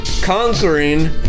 conquering